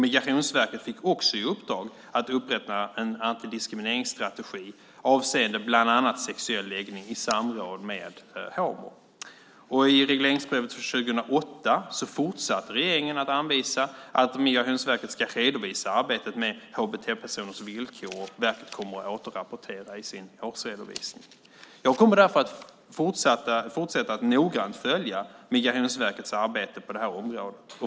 Migrationsverket fick också i uppdrag att upprätta en antidiskrimineringsstrategi avseende bland annat sexuell läggning i samråd med HomO. I regleringsbrevet för 2008 fortsatte regeringen att anvisa att Migrationsverket ska redovisa arbetet med HBT-personers villkor, och verket kommer att återrapportera i sin årsredovisning. Jag kommer därför att fortsätta att noggrant följa Migrationsverkets arbete på området.